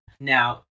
Now